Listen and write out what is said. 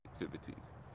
activities